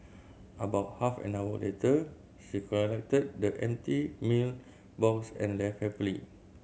about half an hour later she collected the empty meal box and left happily